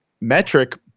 metric